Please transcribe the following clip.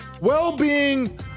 Well-being